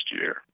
year